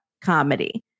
comedy